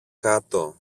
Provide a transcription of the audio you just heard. κάτω